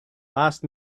last